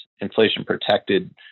inflation-protected